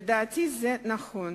לדעתי זה נכון,